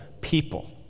people